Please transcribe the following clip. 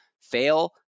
fail